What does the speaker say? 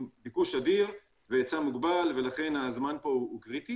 ביקוש אדיר והיצע מוגבל ולכן הזמן פה הוא קריטי